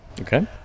okay